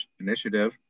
Initiative